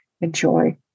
enjoy